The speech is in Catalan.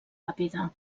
ràpida